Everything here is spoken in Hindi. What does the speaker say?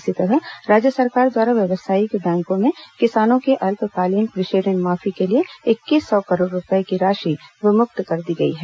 इसी तरह राज्य सरकार द्वारा व्यावसायिक बैंकों में किसानों के अल्पकालीन कृषि ऋण माफी के लिए इक्कीस सौ करोड़ रूपए की राशि विमुक्त कर दी गयी है